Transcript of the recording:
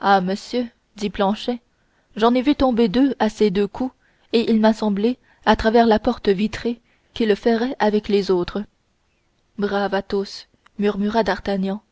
ah monsieur dit planchet j'en ai vu tomber deux à ses deux coups et il m'a semblé à travers la porte vitrée qu'il ferraillait avec les autres brave athos murmura d'artagnan